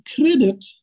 credit